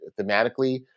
thematically